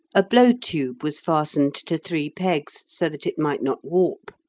a blowtube was fastened to three pegs, so that it might not warp,